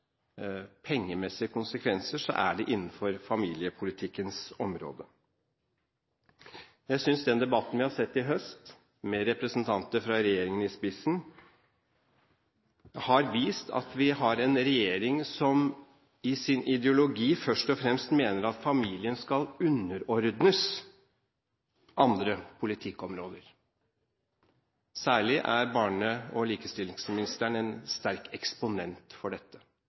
pengemessige konsekvenser, er det innenfor familiepolitikkens område. Jeg synes den debatten vi har sett i høst, med representanter fra regjeringen i spissen, har vist at vi har en regjering som i sin ideologi først og fremst mener at familien skal underordnes andre politikkområder. Særlig er barne- og likestillingsministeren en sterk eksponent for dette.